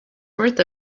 worth